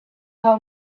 how